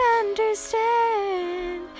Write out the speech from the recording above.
understand